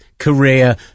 career